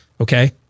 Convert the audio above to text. okay